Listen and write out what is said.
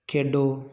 ਖੇਡੋ